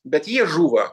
bet jie žūva